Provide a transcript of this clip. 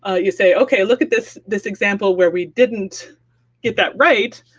ah you say, okay, look at this this example where we didn't get that right,